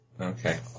Okay